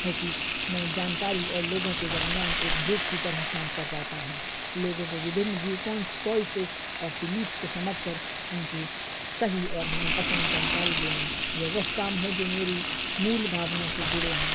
ہے کہ میں جانکاری اور لوگوں کے درمیان ایک برج کی طرح کام کرواتا ہوں لوگوں کو وبھنن وویو پوائنٹس چوائسیز اور بلیوس کو سمجھ کر ان کی صحیح اور من پسند جانکاری دینا یہ وہ کام ہے جو میری مول بھاونا سے جڑے ہیں